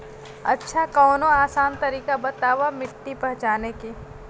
अच्छा कवनो आसान तरीका बतावा मिट्टी पहचाने की?